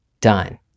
done